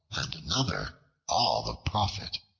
and another all the profit.